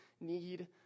need